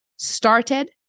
Started